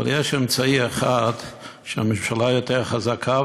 אבל יש אמצעי אחד שבו הממשלה יותר חזקה,